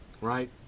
right